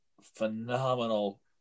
phenomenal